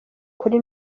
kuri